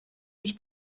mich